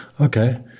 Okay